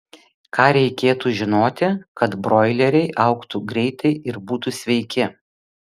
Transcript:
ką reikėtų žinoti kad broileriai augtų greitai ir būtų sveiki